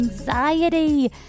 anxiety